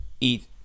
eat